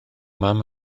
mam